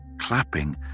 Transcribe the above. clapping